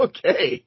Okay